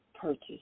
purchase